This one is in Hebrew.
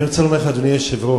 אני רוצה לומר לך, אדוני היושב-ראש,